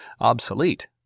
obsolete